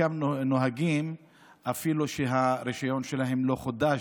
נוהגים למרות שהרישיון שלהם לא חודש,